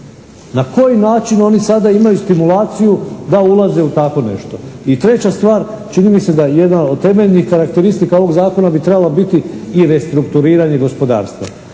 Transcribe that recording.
Na koji način oni sada imaju stimulaciju da ulaze u takvo nešto. I treća stvar, čini mi se da jedna od temeljnih karakteristika ovog zakona bi trebala biti i restrukturiranje gospodarstva.